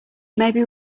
maybe